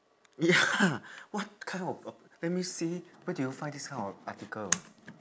ya what kind of let me see where do you find this kind of article